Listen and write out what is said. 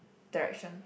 direction